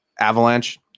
Avalanche